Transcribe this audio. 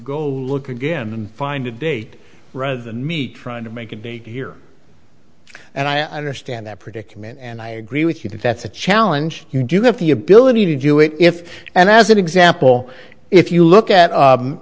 go look again and find a date rather than me trying to make it big here and i understand that predicament and i agree with you that that's a challenge you do have the ability to do it if and as an example if you look at